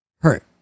hurt